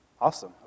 Awesome